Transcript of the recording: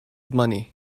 money